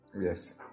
yes